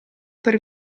per